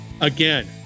Again